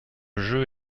jeu